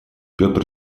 петр